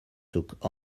took